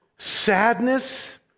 sadness